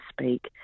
speak